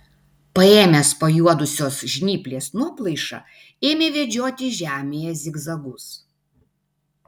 paėmęs pajuodusios žnyplės nuoplaišą ėmė vedžioti žemėje zigzagus